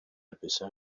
پسر